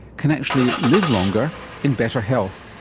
can actually live longer in better health.